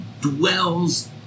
dwells